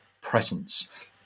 presence